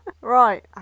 right